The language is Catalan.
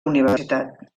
universitat